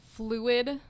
Fluid